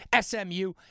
SMU